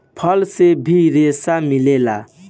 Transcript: फल से भी रेसा मिलेला